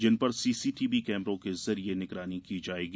जिन पर सीसीटीवी कैमरों के जरिए निगरानी की जायेगी